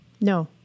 No